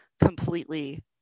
completely